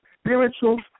Spiritual